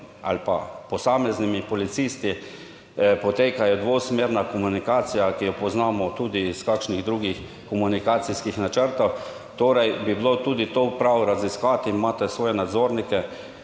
ali pa posameznimi policisti, potekajo dvosmerna komunikacija, ki jo poznamo tudi iz kakšnih drugih komunikacijskih načrtov, torej bi bilo tudi to prav raziskati imate svoje nadzornike,